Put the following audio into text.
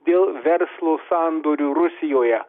dėl verslo sandorių rusijoje